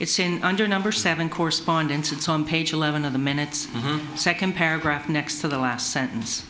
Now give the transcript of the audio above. it's under number seven correspondence it's on page eleven of the minutes and the second paragraph next to the last sentence